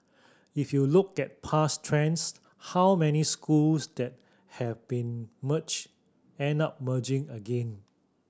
if you look at past trends how many schools that have been merged end up merging again